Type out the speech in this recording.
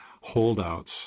holdouts